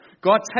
God